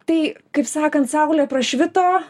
tai kaip sakant saulė prašvito